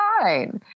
fine